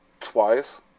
twice